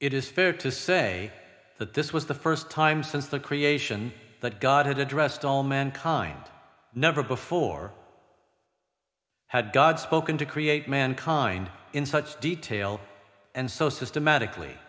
it is fair to say that this was the st time since the creation that god had addressed all mankind never before had god spoken to create mankind in such detail and so systematically